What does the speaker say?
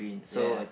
yeah